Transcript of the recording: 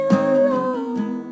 alone